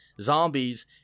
zombies